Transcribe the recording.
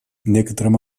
некоторым